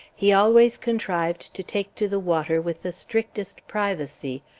he always contrived to take to the water with the strictest privacy,